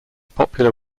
popular